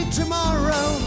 tomorrow